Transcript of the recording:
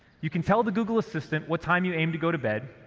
you can tell the google assistant what time you aim to go to bed,